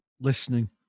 listening